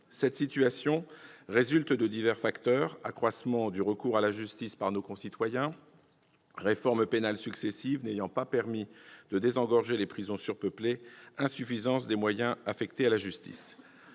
Cette situation résulte de divers facteurs : accroissement du recours à la justice par nos concitoyens, réformes pénales successives n'ayant pas permis de désengorger des prisons surpeuplées, insuffisance des moyens affectés à la justice.